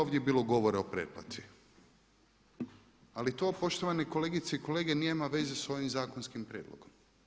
Puno je ovdje bilo govora o pretplati, ali to poštovane kolegice i kolege nema veze s ovim zakonskim prijedlogom.